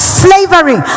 slavery